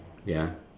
ya